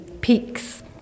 Peaks